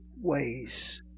ways